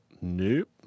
Nope